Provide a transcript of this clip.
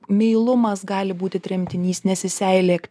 meilumas gali būti tremtinys nesiseilėk